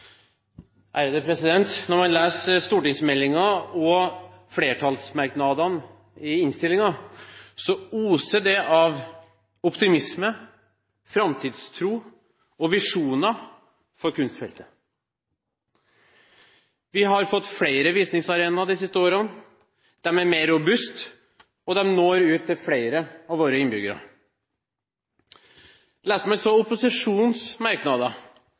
Når man leser stortingsmeldingen og flertallsmerknadene i innstillingen, så oser det av optimisme, framtidstro og visjoner for kunstfeltet. Vi har fått flere visningsarenaer de siste årene. De er mer robuste, og de når ut til flere av våre innbyggere. Leser man så opposisjonens merknader,